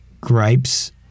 gripes